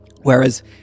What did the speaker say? Whereas